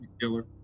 killer